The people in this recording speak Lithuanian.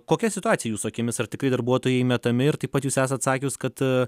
kokia situacija jūsų akimis ar tikrai darbuotojai metami ir taip pat jūs esat sakius kad